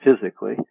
physically